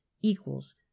equals